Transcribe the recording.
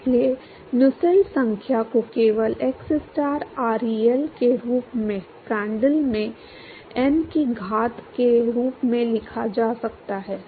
इसलिए नुसेल्ट संख्या को केवल xstar ReL के रूप में Prandtl में n की घात के रूप में लिखा जा सकता है